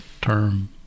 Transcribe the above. term